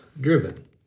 driven